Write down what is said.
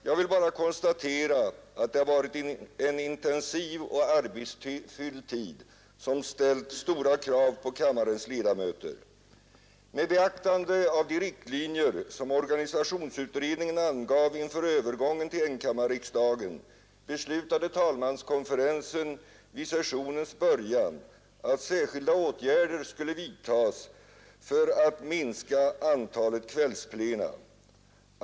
Jag vill bara konstatera att det varit en intensiv och arbetsfylld tid, som ställt stora krav på kammarens ledamöter. Med beaktande av de riktlinjer som organisationsutredningen angav inför övergången till enkammarriksdagen beslutade talmanskonferensen vid sessionens början att särskilda åtgärder skulle vidtas för att minska antalet kvällsplena.